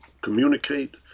communicate